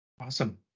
awesome